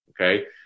okay